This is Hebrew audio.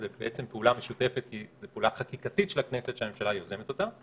ובעצם פעולה משותפת היא פעולה חקיקתית של הכנסת שהממשלה יוזמת אותה.